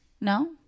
no